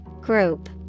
Group